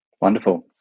Wonderful